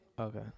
Okay